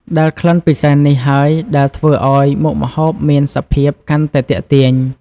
ដែល ក្លិនពិសេសនេះហើយដែលធ្វើឲ្យមុខម្ហូបមានសភាពកាន់តែទាក់ទាញ។